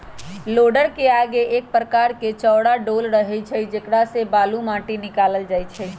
लोडरके आगे एक प्रकार के चौरा डोल रहै छइ जेकरा से बालू, माटि निकालल जाइ छइ